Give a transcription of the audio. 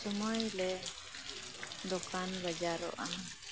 ᱥᱚᱢᱚᱭ ᱞᱮ ᱫᱚᱠᱟᱱ ᱵᱟᱡᱟᱨᱚᱜᱼᱟ